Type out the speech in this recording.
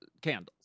candles